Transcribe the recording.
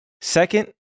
Second